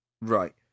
Right